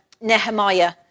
Nehemiah